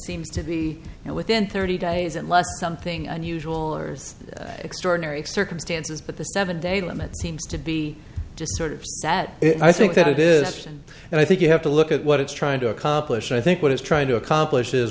seems to be and within in thirty days unless something unusual ors extraordinary circumstances but the seven day limit seems to be just sort of that i think that it is and i think you have to look at what it's trying to accomplish and i think what he's trying to accomplish is